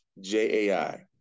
J-A-I